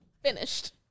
Finished